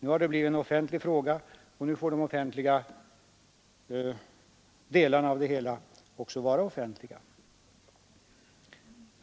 Nu har detta blivit en offentlig fråga, och nu får de offentliga delarna av det hela också vara offentliga.